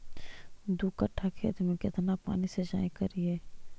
दू कट्ठा खेत में केतना पानी सीचाई करिए?